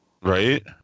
Right